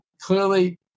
clearly